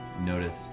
notice